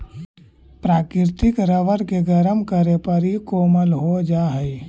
प्राकृतिक रबर के गरम करे पर इ कोमल हो जा हई